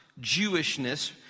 Jewishness